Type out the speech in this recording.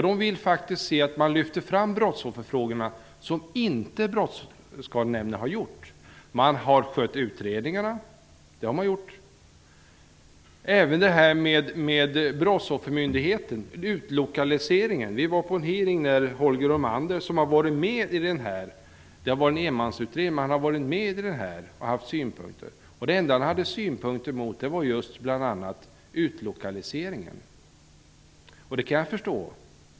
De vill faktiskt att brottsofferfrågorna lyfts fram, något som inte Brottsskadenämnden gjort. an har dock skött utredningarna. Vi var på en utfrågning om brottsoffermyndigheten och utlokaliseringen. Holger Romander, som har varit med och haft synpunkter på utredningen -- som har varit en enmansutredning -- hade då endast synpunkter på utlokaliseringen. Det kan jag förstå.